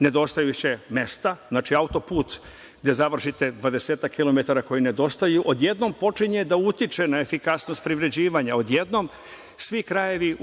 nedostajuća mesta, znači autoput gde završite dvadesetak kilometara koji nedostaju, od jednom počinje da utiče na efikasnost privređivanja odjednom, svi krajevi